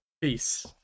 peace